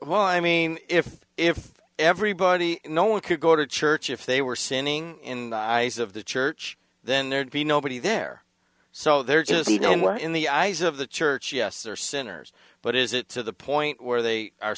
well i mean if if everybody no one could go to church if they were sinning in the ice of the church then there'd be nobody there so they're just you know in the eyes of the church yes they are sinners but is it to the point where they are